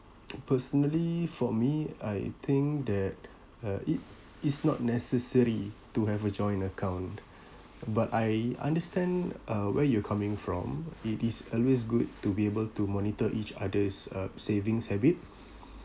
personally for me I think that uh it is not necessary to have a joint account but I understand uh where you're coming from it is always good to be able to monitor each other's uh savings habit